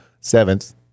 seventh